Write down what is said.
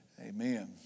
amen